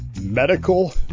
medical